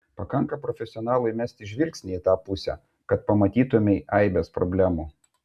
pakanka profesionalui mesti žvilgsnį į tą pusę kad pamatytumei aibes problemų